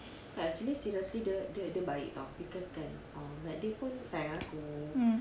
mm